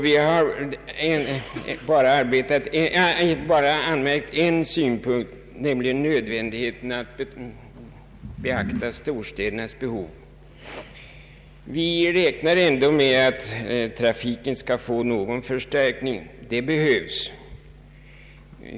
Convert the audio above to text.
Vi har endast framfört en synpunkt, nämligen nödvändigheten av att beakta storstädernas behov. Vi räknar ändå med att trafikövervakningen skall få någon förstärkning — det behövs.